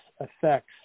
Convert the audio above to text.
effects